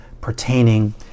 pertaining